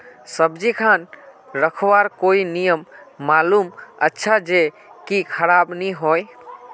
सब्जी खान रखवार कोई नियम मालूम अच्छा ज की खराब नि होय?